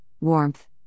warmth